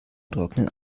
trocknen